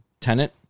tenant